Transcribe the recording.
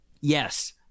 yes